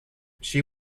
she